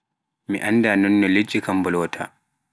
mi annda nonno lidi kam bolwaata.